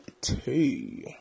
two